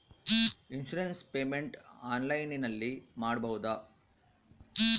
Insurance payment ಆನ್ಲೈನಿನಲ್ಲಿ ಮಾಡಬಹುದಾ?